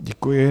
Děkuji.